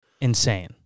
Insane